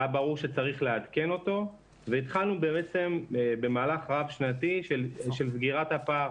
היה ברור שצריך לעדכן אותו והתחלנו בעצם במהלך רב שנתי של סגירת הפער,